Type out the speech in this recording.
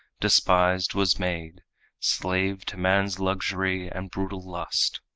despised was made slave to man's luxury and brutal lust.